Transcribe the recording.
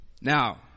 Now